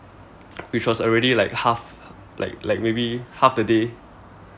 which was already like half like like maybe half the day